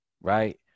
right